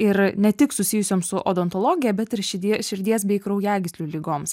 ir ne tik susijusioms su odontologija bet ir širdie širdies bei kraujagyslių ligoms